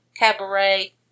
cabaret